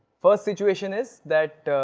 first situation is that,